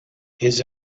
his